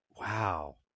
Wow